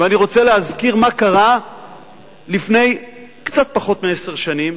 ואני רוצה להזכיר מה קרה לפני קצת פחות מעשר שנים,